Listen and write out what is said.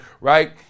right